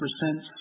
percent